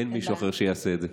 אין מישהו אחר שיעשה את זה.